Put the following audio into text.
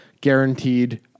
guaranteed